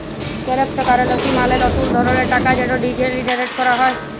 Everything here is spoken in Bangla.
কেরেপ্তকারেলসি মালে লতুল ধরলের টাকা যেট ডিজিটালি টেরেড ক্যরা হ্যয়